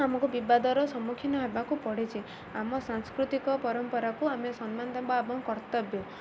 ଆମକୁ ବିବାଦର ସମ୍ମୁଖୀନ ହେବାକୁ ପଡ଼ିଛି ଆମ ସାଂସ୍କୃତିକ ପରମ୍ପରାକୁ ଆମେ ସମ୍ମାନ ଦବା ଏବଂ କର୍ତ୍ତବ୍ୟ